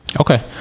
Okay